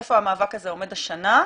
איפה המאבק הזה עומד השנה.